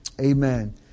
Amen